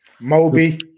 Moby